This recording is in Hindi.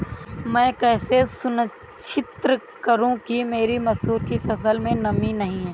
मैं कैसे सुनिश्चित करूँ कि मेरी मसूर की फसल में नमी नहीं है?